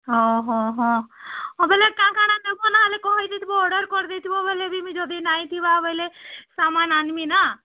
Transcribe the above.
ହଉ ହଁ ହଁ ବୋଲେ କାଣା କାଣା ନବ ନ ହେଲେ କହିଦେଇଥିବ ଅର୍ଡ଼ର୍ କରିଦେଇଥିବ ବୋଲେ ବି ମୁଁ ଯଦି ନାଇଁ ଥିବାବେଲେ ସାମାନ୍ ଆଣିବି ନା